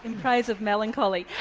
and kind of melancholy.